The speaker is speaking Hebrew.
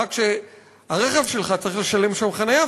רק שעל הרכב שלך אתה צריך לשלם שם חניה,